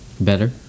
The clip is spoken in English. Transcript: better